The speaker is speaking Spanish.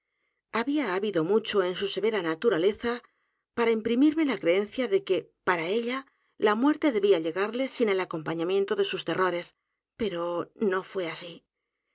había habido mucho en su severa naturaleza para imprimirme la creencia de que para ella la muerte debía llegarle sin el acompañamiento de sus t e r r o r e s pero no fué así